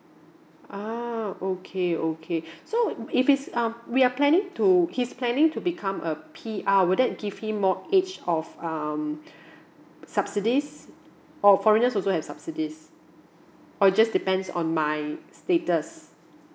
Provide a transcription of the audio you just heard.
ah okay okay so if it's um we are planning to he's planning to become a P_R will that give him more wage of um subsidies or foreigners also have subsidies or it just depends on my status